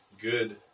good